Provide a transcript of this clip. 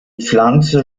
pflanze